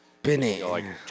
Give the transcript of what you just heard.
spinning